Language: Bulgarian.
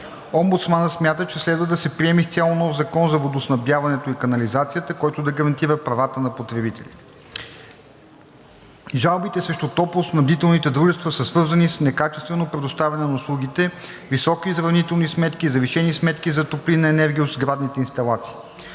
Омбудсманът смята, че следва да се приеме изцяло нов Закон за водоснабдяването и канализацията, който да гарантира правата на потребителите. Жалбите срещу топлоснабдителните дружества са свързани с некачествено предоставяне на услугите, високи изравнителни сметки и завишени сметки за топлинна енергия от сградните инсталации.